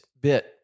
bit